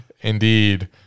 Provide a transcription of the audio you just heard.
Indeed